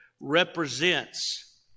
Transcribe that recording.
represents